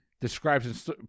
describes